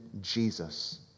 Jesus